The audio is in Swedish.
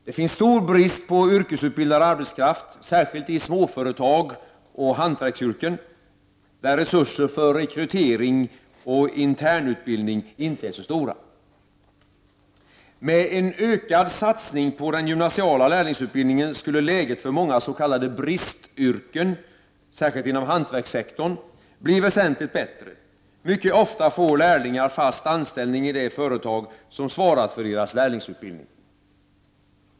Det finns stor brist på yrkesutbildad arbetskraft, särskilt i småföretag och hantverksyrken, där resurser för rekrytering och internutbildning inte är så stora. Med en ökad satsning på den gymnasiala lärlingsutbildningen skulle läget för många s.k. bristyrken, särskilt inom hantverkssektorn, bli väsentligt bättre. Mycket ofta får lärlingar fast anställning i det företag som svarat för deras lärlingsutbildning.